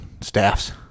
staffs